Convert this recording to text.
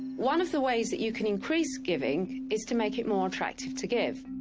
one of the ways that you can increase giving is to make it more attractive to give.